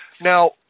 Now